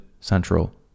central